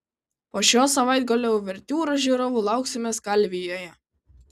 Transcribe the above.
po šios savaitgalio uvertiūros žiūrovų lauksime skalvijoje